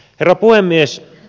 herra puhemies